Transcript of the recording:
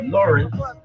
Lawrence